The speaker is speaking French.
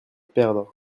perdre